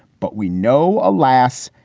but we know, alas,